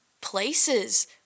places